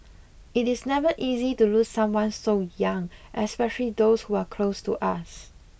it is never easy to lose someone so young especially those who are close to us